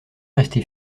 rester